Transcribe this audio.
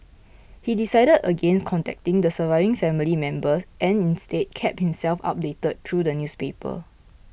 he decided against contacting the surviving family members and instead kept himself updated through the newspaper